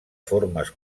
formes